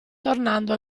tornando